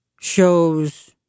shows